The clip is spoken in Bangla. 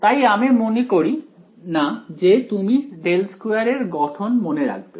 তাই আমি মনে করি না যে তুমি ∇2 এর গঠন মনে রাখবে